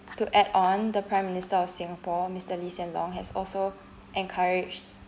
to add on the prime minister of singapore mister lee-hsien-loong has also encouraged